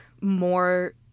more